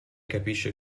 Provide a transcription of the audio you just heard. capisce